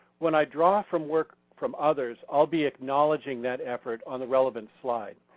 when i draw from work from others i'll be acknowledging that effort on the relevant slide.